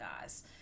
guys